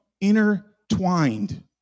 intertwined